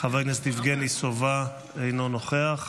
חבר הכנסת יבגני סובה, אינו נוכח.